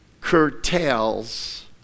curtails